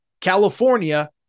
California